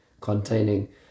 containing